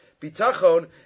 bitachon